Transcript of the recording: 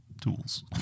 tools